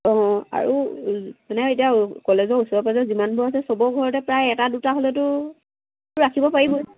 অঁ আৰু মানে এতিয়া কলেজৰ ওচৰে পাঁজৰে যিমানবোৰ আছে চবৰ ঘৰতে প্ৰায় এটা দুটা হ'লেতো ৰাখিব পাৰিবই